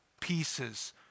pieces